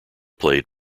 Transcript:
played